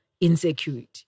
insecurity